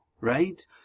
right